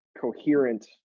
coherent